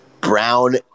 Brown